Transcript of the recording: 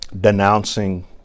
Denouncing